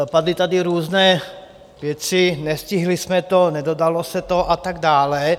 Padly tady různé věci, nestihli jsme to, nedodalo se to a tak dále.